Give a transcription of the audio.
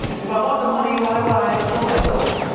if i want the money, why would i kill myself?